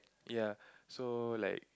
ya so like